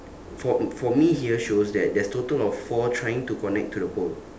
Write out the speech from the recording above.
for for me here shows that there's total of four trying to connect to the pole